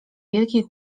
wielki